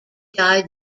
died